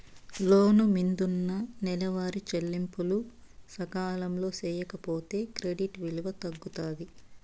లోను మిందున్న నెలవారీ చెల్లింపులు సకాలంలో సేయకపోతే క్రెడిట్ విలువ తగ్గుతాది